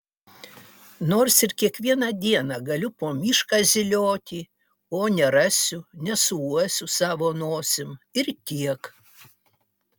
nors ir kiekvieną dieną galiu po mišką zylioti o nerasiu nesuuosiu savo nosim ir tiek